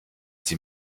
sie